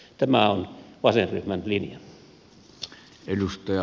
tämä on vasenryhmän linja